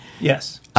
Yes